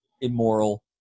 immoral